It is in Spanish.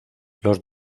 los